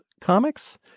comics